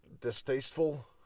distasteful